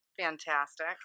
Fantastic